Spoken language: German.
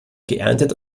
geerntet